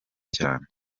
cyane